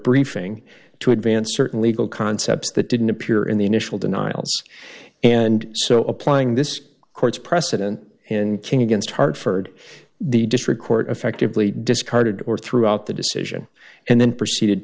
briefing to advance certain legal concepts that didn't appear in the initial denials and so applying this court's precedent and kin against hartford the district court effectively discarded or threw out the decision and then proceeded